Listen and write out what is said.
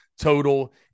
total